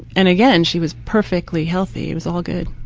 and again, she was perfectly healthy. it was all good.